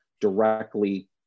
directly